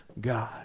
God